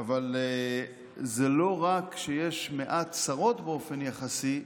אבל זה לא רק שיש מעט שרות באופן יחסי,